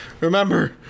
remember